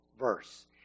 verse